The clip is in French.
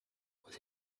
aux